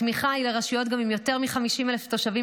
התמיכה היא לרשויות גם עם יותר מ-50,000 תושבים